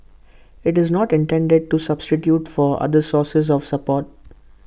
IT is not intended to substitute for other sources of support